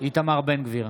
איתמר בן גביר,